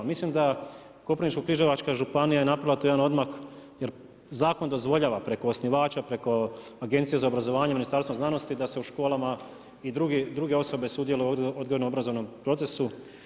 Mislim da Koprivničko-križevačka županija je napravila tu jedan odmak, jer zakon dozvoljava preko osnivača, preko Agencije za obrazovanje Ministarstva znanosti da se u školama i druge osobe sudjeluju u odgojno-obrazovnom procesu.